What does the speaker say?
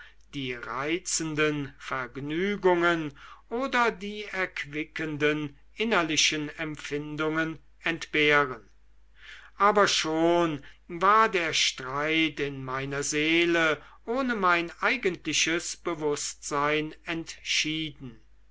die reizenden vergnügungen oder die erquickenden innerlichen empfindungen entbehren aber schon war der streit in meiner seele ohne mein eigentliches bewußtsein entschieden